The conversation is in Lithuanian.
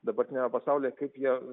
dabartiniame pasaulyje kaip ja